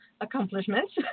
accomplishments